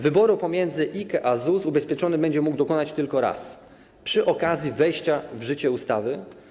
Wyboru pomiędzy IKE a ZUS ubezpieczony będzie mógł dokonać tylko raz - przy okazji wejścia w życie ustawy.